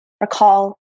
Recall